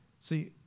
See